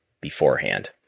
beforehand